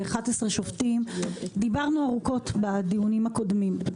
11 שופטים דיברנו ארוכות בדיונים הקודמים.